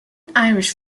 irish